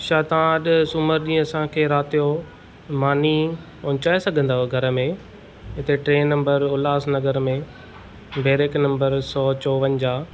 छा तव्हां अॼु सूमर ॾींहुं असांखे राति जो मानी पहुचाए सघंदव घर में हिते टे नंबर उल्हासनगर में बैरिक नंबर सौ चोवंजाहु